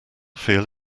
feel